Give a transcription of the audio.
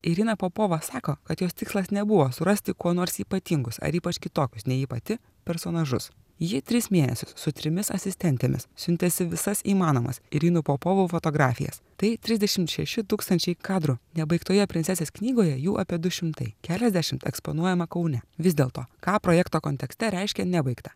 irina popova sako kad jos tikslas nebuvo surasti kuo nors ypatingus ar ypač kitokius nei ji pati personažus ji tris mėnesius su trimis asistentėmis siuntėsi visas įmanomas irinų popovų fotografijas tai trisdešimt šeši tūkstančiai kadrų nebaigtoje princesės knygoje jų apie du šimtai keliasdešimt eksponuojama kaune vis dėlto ką projekto kontekste reiškia nebaigta